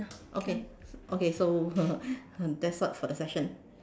okay okay so that's all for the session